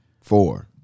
Four